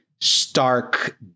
stark